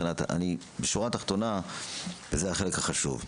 השורה התחתונה זה החלק החשוב.